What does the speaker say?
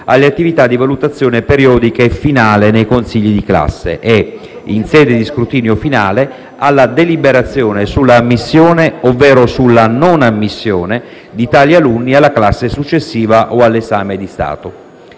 alle attività di valutazione periodica e finale nei consigli di classe e, in sede di scrutinio finale, alla deliberazione sull'ammissione ovvero sulla non ammissione di tali alunni alla classe successiva o all'esame di Stato.